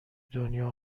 دنیا